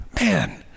man